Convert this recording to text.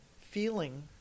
feeling